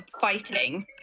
fighting